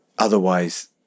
Otherwise